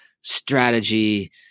strategy